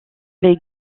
les